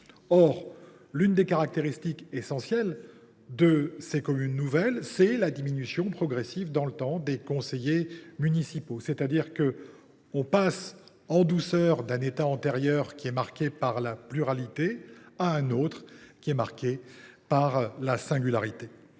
Or l’une des caractéristiques essentielles de leur régime, c’est la diminution progressive dans le temps des conseillers municipaux, c’est à dire que l’on passe en douceur d’un état antérieur, qui est marqué par la pluralité, à un autre, qui est marqué par la singularité.